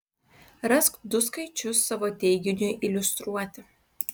rask du skaičius savo teiginiui iliustruoti